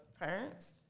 parents